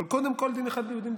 אבל קודם כול דין אחד ליהודים,